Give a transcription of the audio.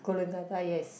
Coolangatta yes